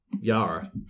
Yara